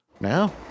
Now